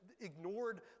ignored